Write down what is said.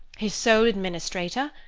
his sole administrator,